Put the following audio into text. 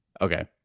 Okay